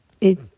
it-